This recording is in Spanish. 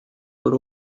por